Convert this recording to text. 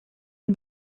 une